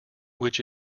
which